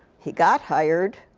he got hired,